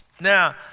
Now